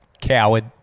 Coward